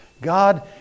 God